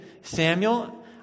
Samuel